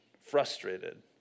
frustrated